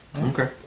Okay